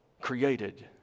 created